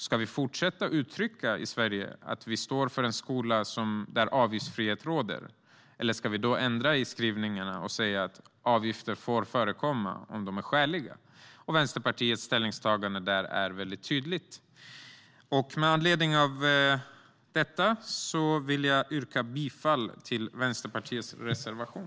Ska vi fortsätta att säga att vi i Sverige står för en skola där avgiftsfrihet råder, eller ska vi ändra i skrivningarna och säga att avgifter får förekomma om de är skäliga? Vänsterpartiets ställningstagande där är mycket tydligt. Med anledning av det jag anfört vill jag yrka bifall till Vänsterpartiets reservation.